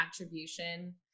attribution